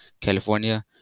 California